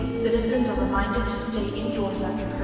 citizens are reminded to stay indoors and